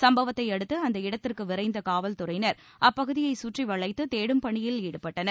சம்பவத்தையடுத்து அந்த இடத்திற்கு விரைந்த காவல்துறையினர் அப்பகுதியை சுற்றி வளைத்து தேடும் பணியில் ஈடுபட்டனர்